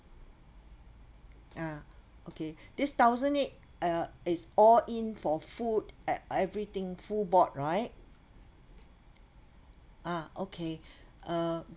ah okay this thousand eight uh is all in for food e~ everything full board right ah okay uh